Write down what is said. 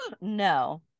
no